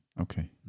Okay